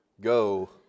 go